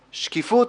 שקיפות,